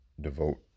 devote